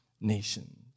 nations